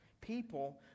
People